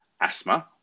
asthma